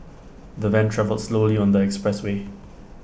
the van travelled slowly on the expressway